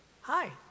Hi